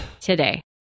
today